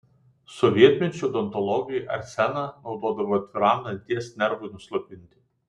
sovietmečiu odontologai arseną naudodavo atviram danties nervui nuslopinti